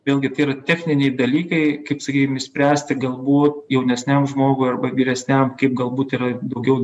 vėlgi tai yra techniniai dalykai kaip sakykim išspręsti galbūt jaunesniam žmogui arba vyresniam kaip galbūt yra daugiau